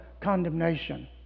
condemnation